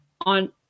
on